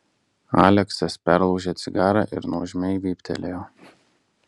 aleksas perlaužė cigarą ir nuožmiai vyptelėjo